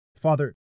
Father